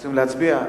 רוצים להצביע.